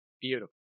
Beautiful